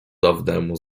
dawnemu